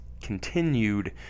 continued